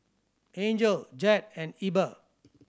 Angel Jed and Ebba